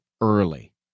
early